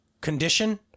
condition